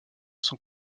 son